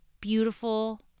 beautiful